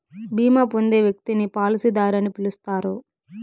బీమా పొందే వ్యక్తిని పాలసీదారు అని పిలుస్తారు